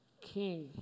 king